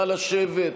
נא לשבת.